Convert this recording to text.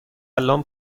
الان